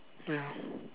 ya